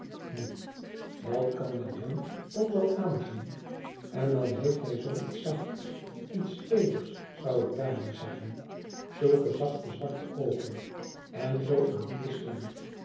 nu dat kan men hem ook wel aanzien en dan heeft hij zoo iets zachts iets teeders zoû ik bijna zeggen zulke zachte zwarte oogen en zoo een lieve stem